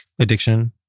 addiction